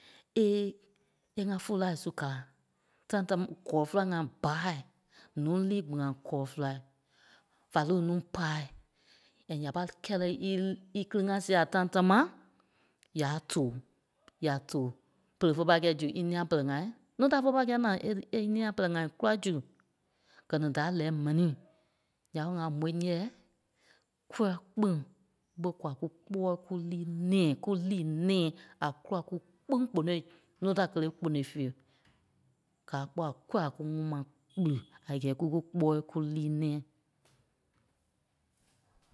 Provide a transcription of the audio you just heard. É, é ŋá fúlu laai su kara. Tãi táma, gɔlɔ fela ŋai bâai ǹuu líi gbɛ̃ɣɛ kɔlɔ felai, va lî núu pâai and ya pâi kɛ́i lɔ lí- íkili ŋá sîai a tãi támaa, yâa too, ya yâ tòo pere fé pâi kɛ́i zu í nîa pɛlɛɛ ŋai núu da fé pâi kɛ́i na é- é í nîa pɛlɛɛ ŋai kûla zu. Gɛ̀ ni da lɛ̀ɛ mɛnii, ǹya ɓé ŋa môi nyɛɛ, kúa kpîŋ ɓé kwa kú kpɔ́ɔi kú líi nɛ̃ɛ, kú lii nɛ̃ɛ a kûla kú kpîŋ kponôi núu da kélee kponôi fíe. Gáa kpɔ́ kûa a kú ŋuŋ ma kpiri a gɛ́ɛ kú kú kpɔ́ɔi líi nɛ̃ɛ.